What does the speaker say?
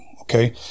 Okay